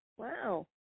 Wow